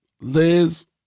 Liz